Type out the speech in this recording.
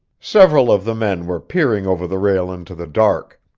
several of the men were peering over the rail into the dark.